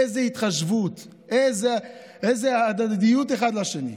איזו התחשבות, איזו ההדדיות אחד לשני.